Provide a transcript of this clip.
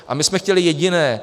A my jsme chtěli jediné.